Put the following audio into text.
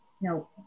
no